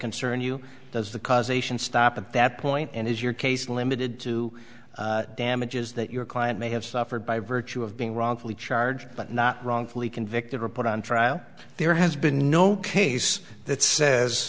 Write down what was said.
concern you does the causation stop at that point and is your case limited to damages that your client may have suffered by virtue of being wrongfully charged but not wrongfully convicted report on trial there has been no case that says